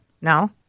No